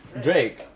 Drake